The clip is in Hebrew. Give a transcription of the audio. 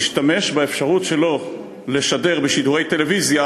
הוא השתמש באפשרות שלו לשדר בשידורי טלוויזיה